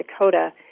Dakota